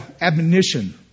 admonition